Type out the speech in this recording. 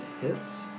hits